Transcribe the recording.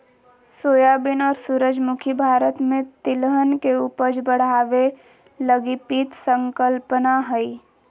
soybean और सूरजमुखी भारत में तिलहन के उपज बढ़ाबे लगी पीत संकल्पना हइ